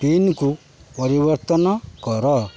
ପିନ୍କୁ ପରିବର୍ତ୍ତନ କର